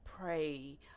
pray